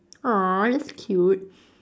!aww! that's cute